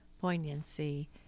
poignancy